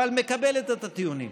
אבל מקבלת את הטיעונים.